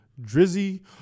Drizzy